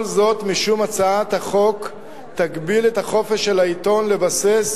כל זאת משום שהצעת החוק תגביל את החופש של העיתון לבסס